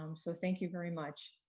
um so thank you very much.